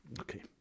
Okay